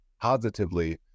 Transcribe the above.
positively